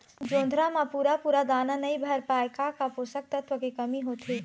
जोंधरा म पूरा पूरा दाना नई भर पाए का का पोषक तत्व के कमी मे होथे?